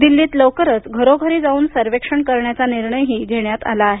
दिल्लीत लवकरच घरोघरी जाऊन सर्वेक्षण करण्याचा निर्णयही घेण्यात आला आहे